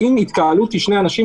אם התקהלות היא שני אנשים,